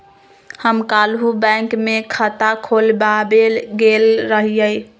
हम काल्हु बैंक में खता खोलबाबे गेल रहियइ